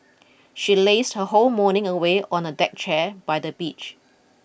she lazed her whole morning away on a deck chair by the beach